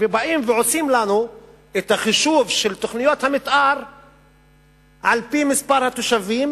ועושים לנו את החישוב של תוכניות המיתאר על-פי מספר התושבים